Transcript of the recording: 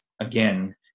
again